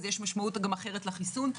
יש משמעות אחרת לחיסון,